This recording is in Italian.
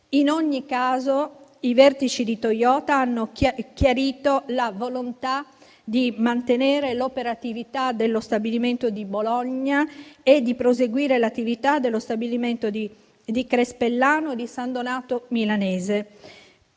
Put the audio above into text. In ogni caso, i vertici di Toyota hanno chiarito la volontà di mantenere l'operatività dello stabilimento di Bologna e di proseguire l'attività dello stabilimento di Crespellano e di San Donato Milanese.